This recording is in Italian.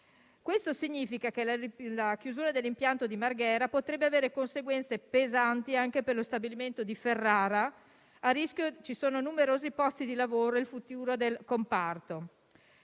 Porto Marghera. La chiusura dell'impianto di Porto Marghera potrebbe avere conseguenze pesanti anche per lo stabilimento di Ferrara. A rischio ci sono numerosi posti di lavoro e il futuro del comparto.